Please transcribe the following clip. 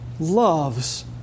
loves